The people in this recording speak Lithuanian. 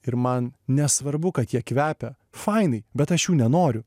ir man nesvarbu kad jie kvepia fainai bet aš jų nenoriu